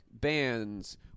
bands